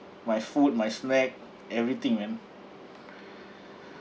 my food my snack everything man